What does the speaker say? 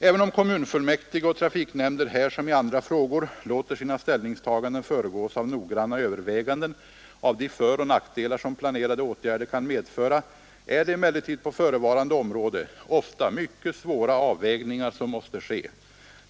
Även om kommunfullmäktige och trafiknämnder här som i andra frågor låter sina ställningstaganden föregås av noggranna överväganden av de föroch nackdelar som planerade åtgärder kan medföra är det emellertid på förevarande område ofta mycket svåra avvägningar som måste ske.